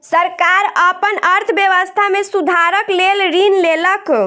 सरकार अपन अर्थव्यवस्था में सुधारक लेल ऋण लेलक